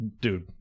dude